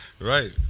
Right